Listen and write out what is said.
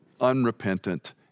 unrepentant